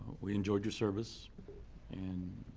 we enjoyed your service and